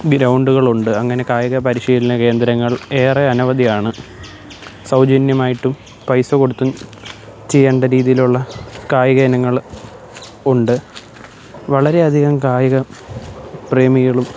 ഗ്രൗണ്ടുകളുണ്ട് അങ്ങനെ കായിക പരിശീലന കേന്ദ്രങ്ങള് ഏറെ അനവധിയാണ് സൗജന്യമായിട്ടും പൈസ കൊടുത്തും ചെയ്യേണ്ട രീതിയിലുള്ള കായിക ഇനങ്ങള് ഉണ്ട് വളരെയധികം കായിക പ്രേമികളും